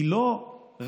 היא לא רק